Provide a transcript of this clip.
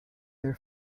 their